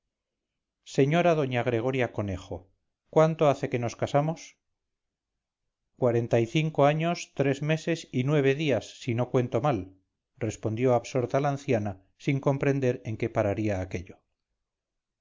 señora doña gregoria conejo cuánto hace que nos casamos cuarenta y cinco años tres meses y nueve días si no cuento mal respondió absorta la anciana sin comprender en que pararía aquello